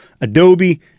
Adobe